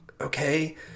okay